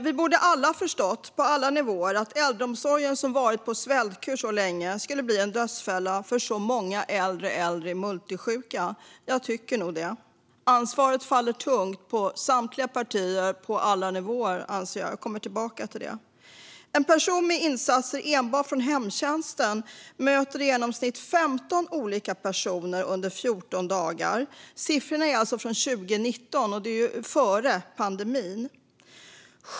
Vi borde alla - på alla nivåer - ha förstått att den äldreomsorg som så länge har stått på svältkur skulle bli en dödsfälla för så många äldre äldre och multisjuka, tycker jag. Ansvaret faller tungt på samtliga partier på alla nivåer. Jag kommer tillbaka till det. En person med insatser från enbart hemtjänsten möter i genomsnitt 15 olika personer under 14 dagar. Siffrorna är från 2019, vilket är före pandemin.